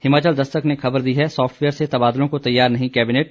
हिमाचल दस्तक ने खबर दी है सॉफ्टवेयर से तबादलों को तैयार नहीं कैबिनेट